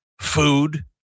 food